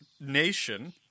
nation